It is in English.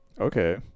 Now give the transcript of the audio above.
Okay